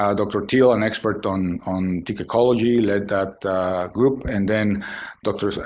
um dr. teel, an expert on on tick ecology led that group. and then dr.